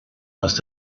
must